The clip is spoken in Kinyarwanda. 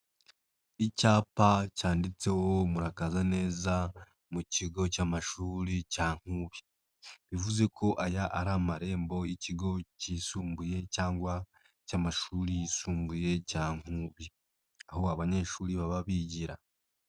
Icyapa cyanditseho murakaza neza mu kigo cy'amashuri cya Nkubi, bivuze ko aya ari amarembo y'ikigo cyisumbuye cyangwa cy'amashuri yisumbuye cya Nkubi. Aho abanyeshuri baba bigira.